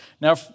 Now